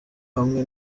hamwe